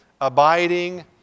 Abiding